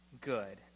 good